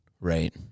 Right